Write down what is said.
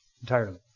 entirely